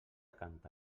canta